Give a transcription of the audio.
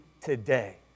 today